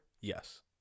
yes